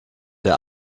der